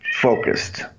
focused